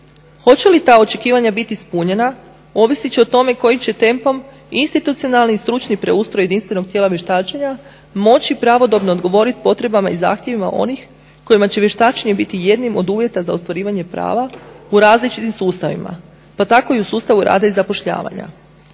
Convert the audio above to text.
Hoće li ta očekivanja biti ispunjena ovisit će o tome kojim će tempom institucionalni stručni preustroj jedinstvenog tijela vještačenja moći pravodobno odgovoriti potrebama i zahtjevima onih kojima će vještačenje biti jednim od uvjeta za ostvarivanje prava u različitim sustavima pa tako i u sustavu rada i zapošljavanja.